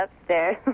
upstairs